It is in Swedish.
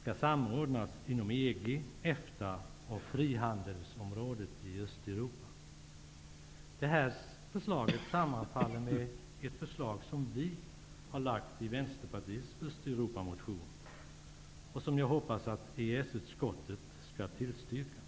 skall samordnas inom EG, EFTA och frihandelsområdet i Det här förslaget sammanfaller med ett förslag som vi har lagt fram i Vänsterpartiets Östeuropamotion och som jag hoppas att EES-utskottet skall tillstyrka.